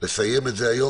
לסיים את זה היום,